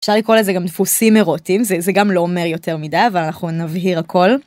אפשר לקרוא לזה גם דפוסים אירוטים, זה... זה גם לא אומר יותר מדי, אבל אנחנו נבהיר הכל.